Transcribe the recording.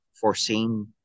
foreseen